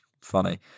funny